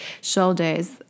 shoulders